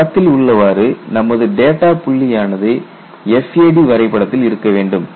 படத்தில் உள்ளவாறு நமது டேட்டா புள்ளி ஆனது FAD வரைபடத்தில் இருக்க வேண்டும்